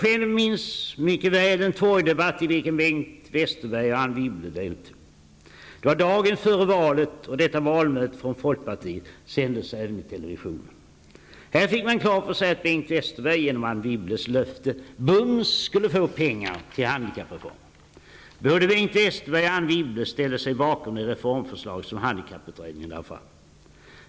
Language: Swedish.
Jag minns själv mycket väl den torgdebatt i vilken Bengt Westerberg och Anne Wibble deltog. Det var dagen före valet, och detta valmöte med folkpartiet sändes även i televisionen. Här fick man klart för sig att Bengt Westerberg, genom Anne Wibbles löfte, bums skulle få pengar till handikappreformer. Både Bengt Westerberg och Anne Wibble ställde sig bakom de reformförslag som handikapputredningen lagt fram.